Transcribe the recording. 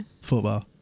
Football